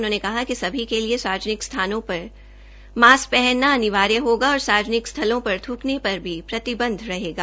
उन्होंने कहा कि सभी के लिए सार्वजनिक स्थानों पर मास्क पहनना अनिवार्य होगा और सार्वजनिक स्थलों पर थ्कने पर भी प्रतिबंध रहेगा